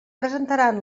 presentaran